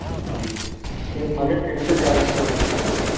ٹھیٖک تہٕ مَگر کٔرِو تُہۍ جلدی پَہن یہِ